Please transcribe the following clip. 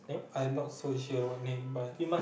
I'm not so sure what name but